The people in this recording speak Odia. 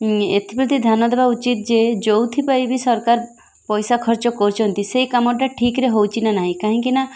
ଏଥିପ୍ରତି ଧ୍ୟାନ ଦେବା ଉଚିତ୍ ଯେ ଯେଉଁଥିପାଇଁ ବି ସରକାର ପଇସା ଖର୍ଚ୍ଚ କରୁଛନ୍ତି ସେଇ କାମଟା ଠିକ୍ରେ ହେଉଛି ନା ନାହିଁ କାହିଁକିନା